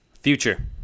future